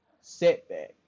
setback